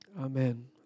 Amen